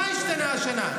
מה השתנה השנה?